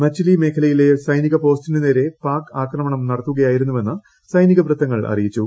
മച്ചിലി മേഖലയിലെ സൈനിക പോസ്റ്റിന് നേരെ പാക് ആക്രമണം നടത്തുകയായിരുന്നുവെന്ന് സൈനീക വൃത്തങ്ങൾ അറിയിച്ചു